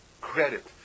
credit